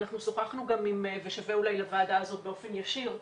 שווה לוועדה באופן ישיר לשמוע,